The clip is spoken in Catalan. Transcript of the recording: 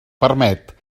permet